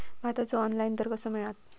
भाताचो ऑनलाइन दर कसो मिळात?